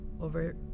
over